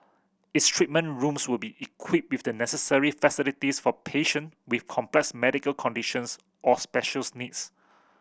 its treatment rooms will be equipped with the necessary facilities for patient with complex medical conditions or specials needs